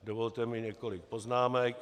Dovolte mi několik poznámek.